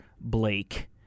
Blake